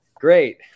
great